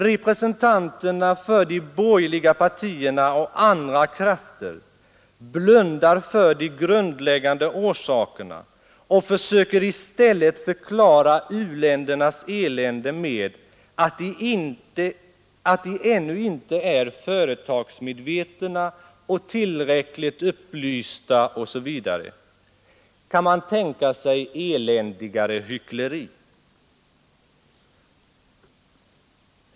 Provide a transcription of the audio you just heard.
Representanterna för de borgerliga partierna och andra krafter blundar för de grundläggande orsakerna och försöker i stället förklara u-ländernas elände med att de ännu inte är företagsmedvetna och tillräckligt upplysta osv. Kan man tänka sig eländigare hyckleri?